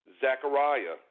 Zechariah